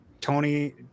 Tony